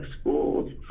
Schools